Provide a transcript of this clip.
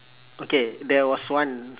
okay there was once